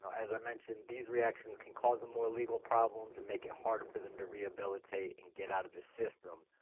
as i mentioned, these reactions can cause them more legal problems and make it harder for them to rehabilitate and get out of the system,